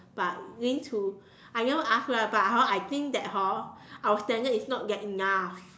but link to I never ask lah but hor I think that hor our standard is not good enough